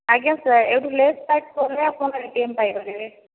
ଆଜ୍ଞା ସାର୍ ଏହିଠୁ left side ଗଲେ ଆପଣ ଏ ଟି ଏମ୍ ପାଇପାରିବେ